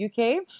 UK